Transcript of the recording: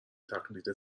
تقلید